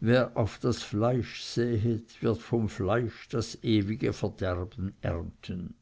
wer auf das fleisch säet wird vom fleisch das ewige verderben ernten